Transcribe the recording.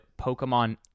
Pokemon